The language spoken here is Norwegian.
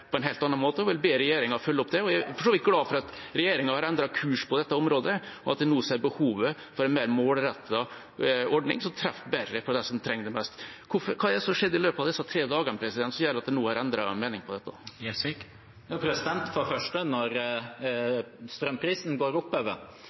på en helt annen måte, og vil be regjeringa følge opp det. Jeg er for så vidt glad for at regjeringa har endret kurs på dette området, og at en nå ser behovet for en mer målrettet ordning som treffer bedre for dem som trenger det mest. Hva er det som har skjedd i løpet av disse tre dagene som gjør at en nå har endret mening om dette? For det første: Når